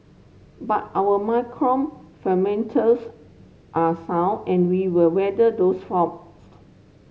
but our macro fundamentals are sound and we will weather those forms